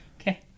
okay